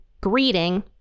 greeting